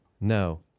no